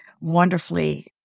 wonderfully